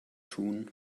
tun